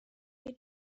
you